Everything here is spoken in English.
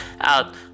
out